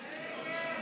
נתקבלו.